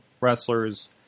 wrestlers